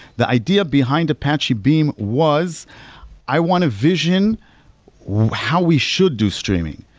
the idea behind apache beam was i want a vision how we should do streaming.